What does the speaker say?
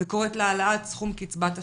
וקוראת להעלאת סכום קצבת השאירים.